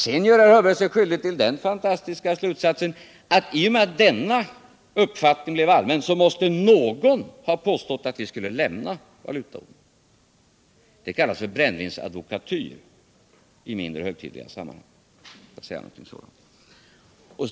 Sedan gör herr Hörberg sig skyldig till den fantastiska slutsatsen att i och med att denna uppfattning blev allmän måste någon ha påstått att vi skulle lämna valutaormen. Det kallas brännvinsadvokatyr i mindre högtidliga sammanhang!